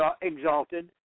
exalted